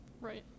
Right